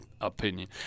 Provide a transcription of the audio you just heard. opinion